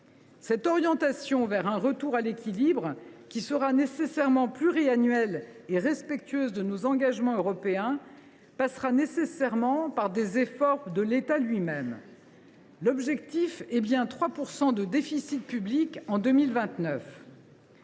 Cette orientation vers un retour à l’équilibre, qui sera nécessairement pluriannuelle et respectueuse de nos engagements européens, passera par des efforts de l’État lui même. L’objectif est bien d’atteindre 3 % de déficit public en 2029. «